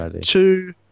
two